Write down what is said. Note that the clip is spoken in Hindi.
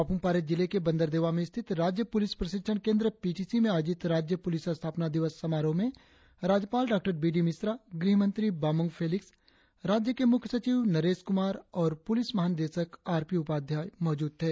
पापुम पारे जिले के बंदरदेवा में स्थित राज्य पुलिस प्रशिक्षण केंद्र पी टी सी में आयोजित राज्य पुलिस स्थापना दिवस समारोह में राज्यपाल डॉ बी डी मिश्रा गृहमंत्री बामांग फेलिक्स राज्य के मुख्य सचिव नरेश कुमार औ पुलिस महा निदेशक आर पी उपाध्याय मौजूद थे